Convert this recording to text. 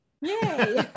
Yay